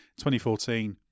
2014